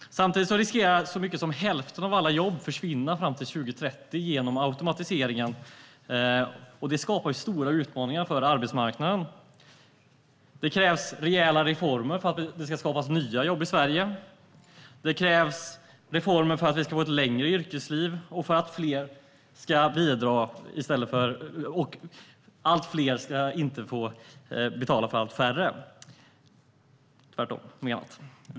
Hälften av alla jobb riskerar att försvinna fram till 2030 genom automatiseringen. Det skapar stora utmaningar för arbetsmarknaden. Det krävs rejäla reformer för att det ska skapas nya jobb i Sverige. Det krävs reformer för att vi ska få ett längre yrkesliv och för att allt färre inte ska få betala för allt fler.